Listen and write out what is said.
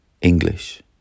English